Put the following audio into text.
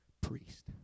priest